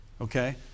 Okay